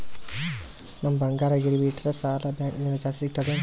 ನಮ್ ಬಂಗಾರ ಗಿರವಿ ಇಟ್ಟರ ಸಾಲ ಬ್ಯಾಂಕ ಲಿಂದ ಜಾಸ್ತಿ ಸಿಗ್ತದಾ ಏನ್?